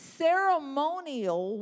ceremonial